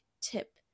tip